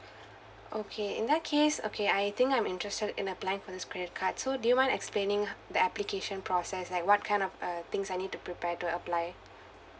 okay in that case okay I think I'm interested in applying for this credit card so do you mind explaining the application process like what kind of uh things I need to prepare to apply